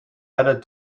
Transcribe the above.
added